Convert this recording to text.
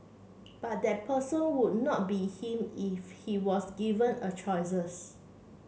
but that person would not be him if he was given a choices